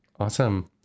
Awesome